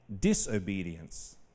disobedience